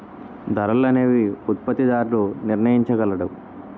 ధరలు అనేవి ఉత్పత్తిదారుడు నిర్ణయించగలడు